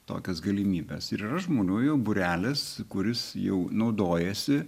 tokias galimybes ir yra žmonių jau būrelis kuris jau naudojasi